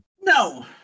No